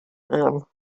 them